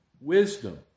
wisdom